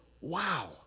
wow